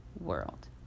world